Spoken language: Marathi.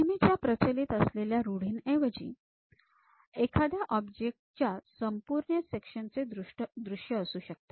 नेहमीच्या प्रचलित असलेल्या रुढींऐवजी एखाद्याकडे ऑब्जेक्ट च्या संपूर्ण सेक्शन चे दृश्य असू शकते